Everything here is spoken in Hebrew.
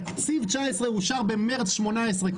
2019 אושר במרס 2018,